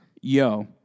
yo